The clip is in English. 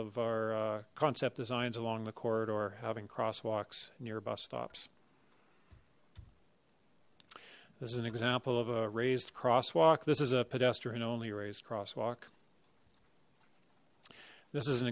of our concept designs along the court or having crosswalks near bus stops this is an example of a raised crosswalk this is a pedestrian only raised crosswalk this is an